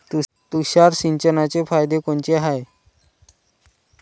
तुषार सिंचनाचे फायदे कोनचे हाये?